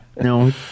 No